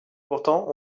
pourtant